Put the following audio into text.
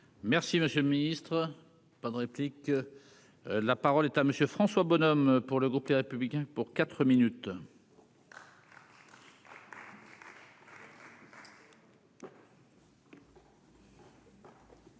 Merci, monsieur le Ministre, pas de réplique, la parole est à monsieur François Bonhomme pour le groupe Les Républicains pour 4 minutes.